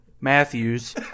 Matthews